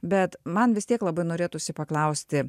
bet man vis tiek labai norėtųsi paklausti